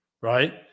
Right